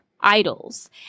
idols